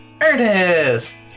Ernest